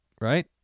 right